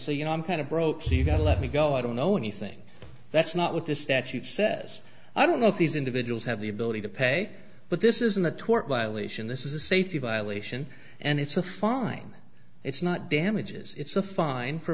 say you know i'm kind of broke you know let me go i don't know anything that's not what the statute says i don't know if these individuals have the ability to pay but this isn't the tort violation this is a safety violation and it's a fine it's not damages it's a fine for